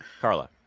carla